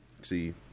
see